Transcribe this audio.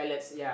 uh